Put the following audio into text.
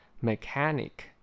Mechanic